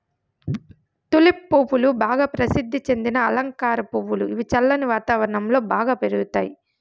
tulip పువ్వులు బాగా ప్రసిద్ది చెందిన అలంకార పువ్వులు, ఇవి చల్లని వాతావరణం లో బాగా పెరుగుతాయి